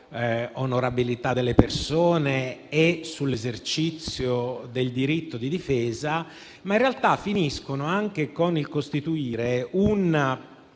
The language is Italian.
onorabilità delle persone e sull'esercizio del diritto di difesa, ma in realtà finiscono anche con il costituire una